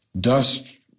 dust